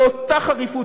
באותה חריפות,